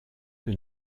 que